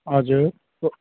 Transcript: हजुरको